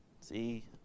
See